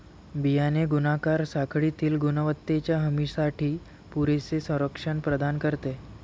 बियाणे गुणाकार साखळीतील गुणवत्तेच्या हमीसाठी पुरेसे संरक्षण प्रदान करते